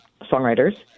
songwriters